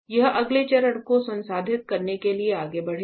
यह अगले चरण को संसाधित करने के लिए आगे बढ़ेगा